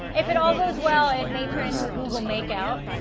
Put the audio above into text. if it all goes well it may turn into a google make out.